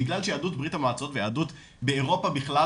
בגלל שיהדות בריה"מ ויהדות באירופה בכלל,